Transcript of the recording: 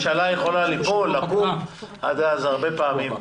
הממשלה יכולה ליפול ולקום עד אז הרבה פעמים.